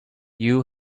you